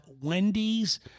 Wendy's